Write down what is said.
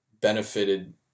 benefited